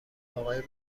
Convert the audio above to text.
آقای